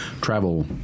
travel